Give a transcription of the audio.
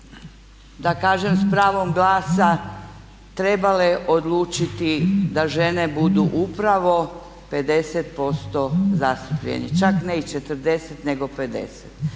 da kažem sa pravom glasa trebale odlučiti da žene budu upravo 50% zastupljene. Čak ne i 40 nego 50.